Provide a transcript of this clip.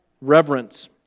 reverence